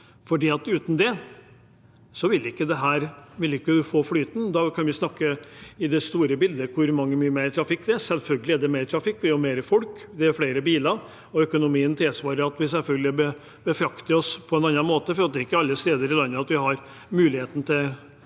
for uten det vil vi ikke få flyten. Da kan vi snakke, i det store bildet, om hvor mye mer trafikk det er. Selvfølgelig er det mer trafikk, vi er jo flere folk, det er flere biler, og økonomien tilsier at vi selvfølgelig befrakter oss på en annen måte, for det er ikke alle steder i landet man har muligheten til et